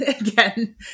again